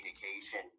communication